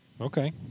Okay